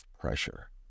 pressure